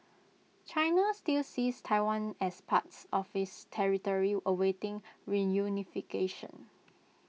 China still sees Taiwan as pars of its territory awaiting reunification